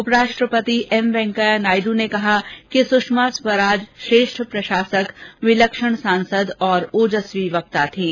उप राष्ट्रपति एम वेंकैया नायडू ने कहा कि सुषमा स्वराज श्रेष्ठ प्रशासक विलक्षण सांसद और ओजस्वी वक्ता थीं